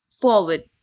forward